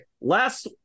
last